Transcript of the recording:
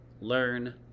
learn